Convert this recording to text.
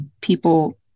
people